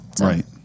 Right